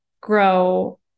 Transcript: grow